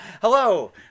Hello